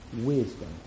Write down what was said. wisdom